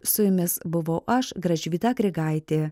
su jumis buvau aš gražvyda grigaitė